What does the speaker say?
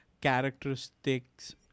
characteristics